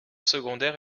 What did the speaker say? secondaire